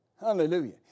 Hallelujah